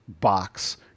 box